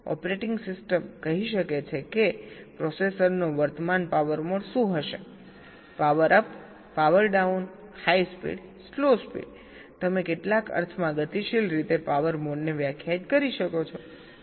operating system કહી શકે છે કે પ્રોસેસરનો વર્તમાન પાવર મોડ શું હશેપાવર up power down high speed slow speed તમે કેટલાક અર્થમાં ગતિશીલ રીતે પાવર મોડને વ્યાખ્યાયિત કરી શકો છો